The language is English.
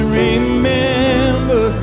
remember